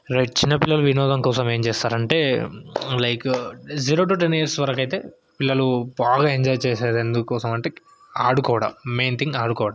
right చిన్న పిల్లలు వినోదం కోసం ఏమి చేస్తారంటే like zero to ten years వరకైతే పిల్లలు బాగా ఎంజాయ్ చేసేదెందుకోసమంటే ఆడుకోవడం మెయిన్ థింగ్ ఆడుకోవడం